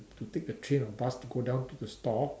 to take the train or bus to go down to the store